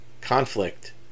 conflict